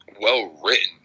Well-written